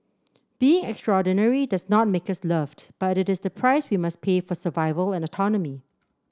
being extraordinary does not make us loved but it is the price we must pay for survival and autonomy